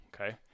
Okay